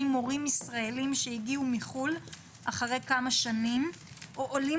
מורים ישראליים שהגיעו מחו"ל אחרי כמה שנים או עולים